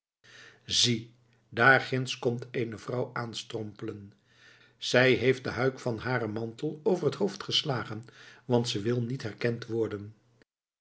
zie daar ginds komt eene vrouw aanstrompelen zij heeft de huik van haren mantel over het hoofd geslagen want ze wil niet herkend worden